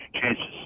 chances